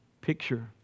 Picture